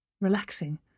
Relaxing